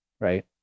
Right